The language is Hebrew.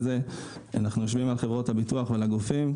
זה; אנחנו יושבים על חברות הביטוח ועל הגופים,